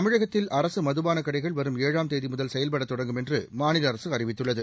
தமிழகத்தில் அரசு மதுபான கடைகள் வரும் ஏழாம் தேதி முதல் செயல்பட தொடங்கும் என்று மாநில அரசு அறிவித்துள்ளது